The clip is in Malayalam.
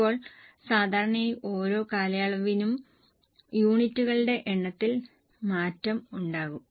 ഇപ്പോൾ സാധാരണയായി ഓരോ കാലയളവിലും യൂണിറ്റുകളുടെ എണ്ണത്തിൽ മാറ്റം ഉണ്ടാകും